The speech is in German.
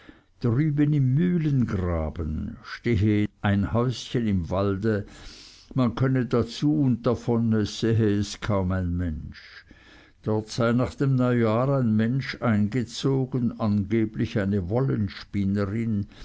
drüben im mühlengraben stehe ein häuschen am walde man könne dazu und davon es sehe es kaum ein mensch dort sei nach dem neujahr ein mensch eingezogen angeblich eine